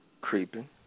Creeping